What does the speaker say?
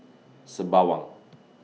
Sembawang